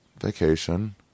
Vacation